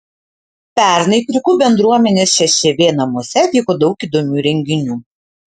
pernai kriukų bendruomenės šešėvė namuose vyko daug įdomių renginių